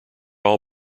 all